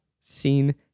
seen